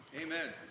Amen